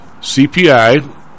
CPI